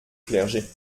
clergé